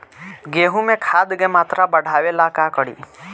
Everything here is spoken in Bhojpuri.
गेहूं में खाद के मात्रा बढ़ावेला का करी?